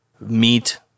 meat